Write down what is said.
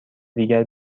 دیگر